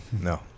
No